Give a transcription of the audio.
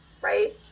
right